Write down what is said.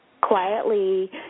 quietly